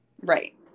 Right